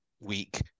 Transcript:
week